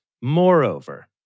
Moreover